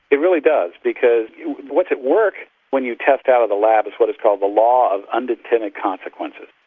it really does because what's at work when you test out of the lab is what is called the law of unintended consequences.